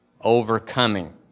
overcoming